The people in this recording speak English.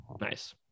Nice